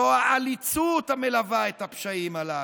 זו העליצות המלווה את הפשעים הללו,